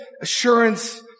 assurance